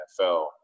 NFL